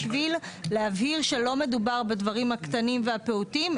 בשביל להבהיר שלא מדובר בדברים הקטנים והפעוטים,